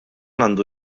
għandu